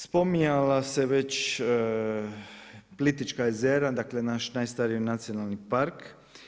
Spominjala su se već Plitvička jezera, dakle naš najstariji nacionalni park.